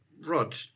Rod